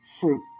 fruit